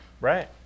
Right